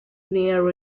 near